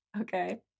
Okay